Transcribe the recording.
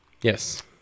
yes